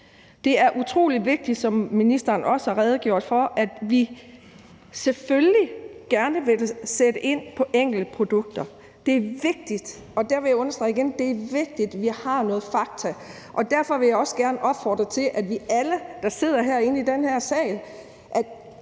Det er utrolig vigtigt, som ministeren også har redegjort for; selvfølgelig vil vi gerne sætte ind mod enkeltprodukter, men der vil jeg igen understrege, at det er vigtigt, at vi har nogle fakta. Derfor vil jeg også gerne sende en opfordring til alle, der sidder herinde i den her sal,